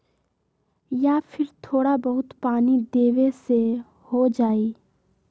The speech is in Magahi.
या फिर थोड़ा बहुत पानी देबे से हो जाइ?